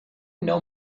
know